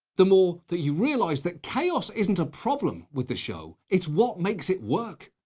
the more that you realize that chaos isn't a problem with the show it's what makes it work.